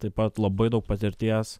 taip pat labai daug patirties